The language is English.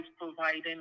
providing